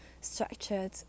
structured